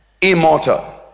immortal